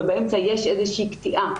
ובאמצע יש איזושהי קטיעה,